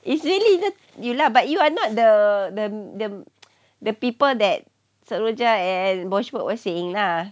it's really the you lah but you are not the the the the people that seroja and borshak was saying lah